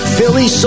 Philly